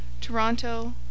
Toronto